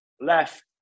left